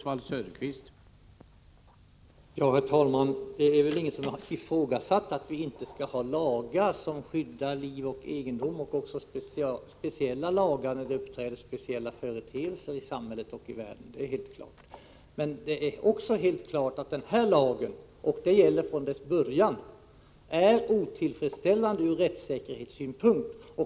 Herr talman! Det är väl ingen som har ifrågasatt att vi måste ha lagar som skyddar liv och egendom och även speciella lagar när det uppträder speciella företeelser i samhället och i världen. Det är helt klart. Men det är också helt klart att den här lagen — och det gäller från dess början — är otillfredsställande ur rättssäkerhetssynpunkt.